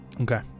Okay